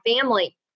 family